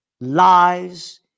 lies